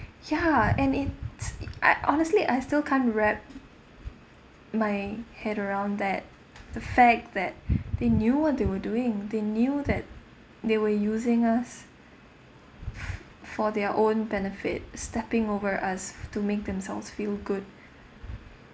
ya and it's I honestly I still can't wrap my head around that the fact that they knew what they were doing they knew that they were using us f~ for their own benefit stepping over us to make themselves feel good